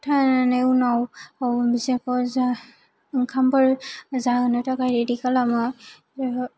थाहोनानै उनाव बिसोरखौ जा ओंखामफोर जाहोनो थाखाय रेडि खालामो